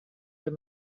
your